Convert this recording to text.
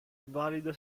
valida